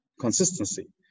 consistency